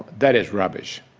that is rubbish.